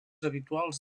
habituals